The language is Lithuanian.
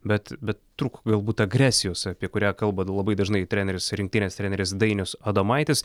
bet bet trūko galbūt agresijos apie kurią kalba labai dažnai treneris rinktinės treneris dainius adomaitis